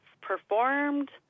performed